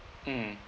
mm